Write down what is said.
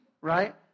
right